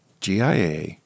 GIA